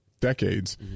Decades